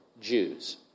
Jews